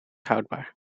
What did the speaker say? houdbaar